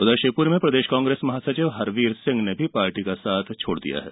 उधर शिवप्री में प्रदेश कांग्रेस महासचिव हरवीर सिंह ने भी पार्टी का साथ छोड़ दिया है